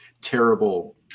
terrible